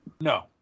No